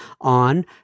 on